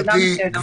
זה גם בסדר.